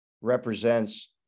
represents